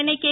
Chennai K